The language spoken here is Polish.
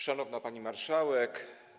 Szanowna Pani Marszałek!